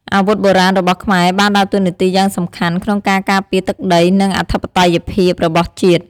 អាវុធបុរាណរបស់ខ្មែរបានដើរតួនាទីយ៉ាងសំខាន់ក្នុងការការពារទឹកដី និងអធិបតេយ្យភាពរបស់ជាតិ។